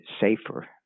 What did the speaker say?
safer